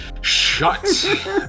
Shut